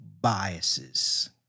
biases